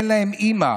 אין להם אימא.